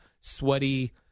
sweaty